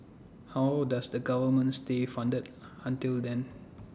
how does the government stay funded until then